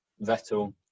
Vettel